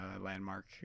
landmark